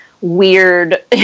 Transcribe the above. weird